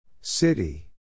City